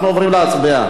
אנחנו עוברים להצבעה.